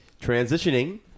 Transitioning